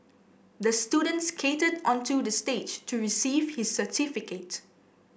the student skated onto the stage to receive his certificate